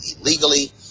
illegally